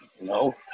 No